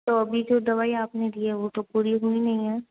तो अभी जो दवाई आपने दिया वो तो पूरी हुई नहीं है